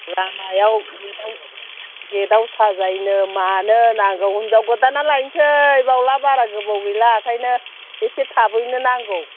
लामायाव गेटआव साजायनो मानो नांगौ हिन्जाव गोदानआ लायनोसै बावला बारा गोबाव गैला ओंखायनो एसे थाबैनो नांगौ